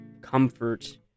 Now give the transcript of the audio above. comfort